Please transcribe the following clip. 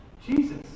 Jesus